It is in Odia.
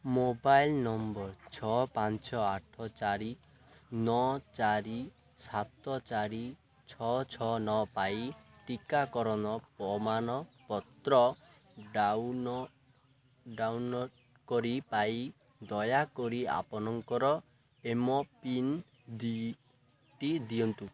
ମୋବାଇଲ୍ ନମ୍ବର୍ ଛଅ ପାଞ୍ଚ ଆଠ ଚାରି ନଅ ଚାରି ସାତ ଚାରି ଛଅ ଛଅ ନଅ ପାଇଁ ଟିକାକରଣ ପ୍ରମାଣପତ୍ର ଡାଉନ ଡାଉନଲୋଡ଼୍ କରି ପାଇ ଦୟାକରି ଆପଣଙ୍କର ଏମ୍ପିନ୍ ଡି ଟି ଦିଅନ୍ତୁ